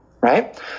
right